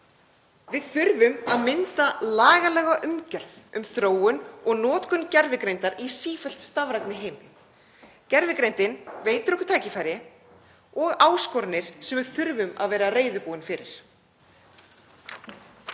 Við þurfum að mynda lagalega umgjörð um þróun og notkun gervigreindar í sífellt stafrænni heimi. Gervigreindin veitir okkur tækifæri og áskoranir sem við þurfum að vera reiðubúin fyrir.